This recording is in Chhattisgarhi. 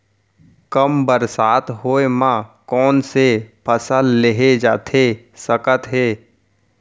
कम बरसात होए मा कौन से फसल लेहे जाथे सकत हे?